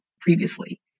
previously